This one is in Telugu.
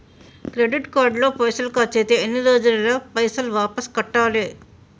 క్రెడిట్ కార్డు లో పైసల్ ఖర్చయితే ఎన్ని రోజులల్ల పైసల్ వాపస్ కట్టాలే?